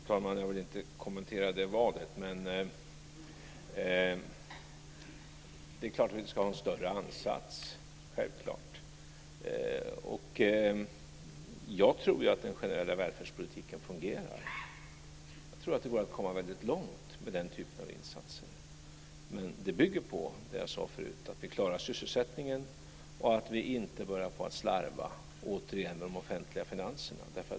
Fru talman! Jag vill inte kommentera det valet. Men det är klart att vi ska ha en större ansats - självklart. Jag tror att den generella välfärdspolitiken fungerar. Jag tror att det går att komma väldigt långt med den typen av insatser. Men det bygger på det jag sade förut, att vi klarar sysselsättningen och att vi inte återigen börjar slarva med de offentliga finanserna.